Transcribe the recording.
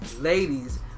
ladies